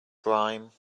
grime